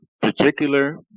particular